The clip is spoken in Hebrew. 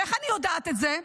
איך אני יודעת את זה?